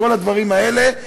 כל הדברים האלה,